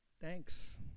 Thanks